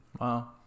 Wow